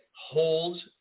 holds